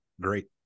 great